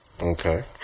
okay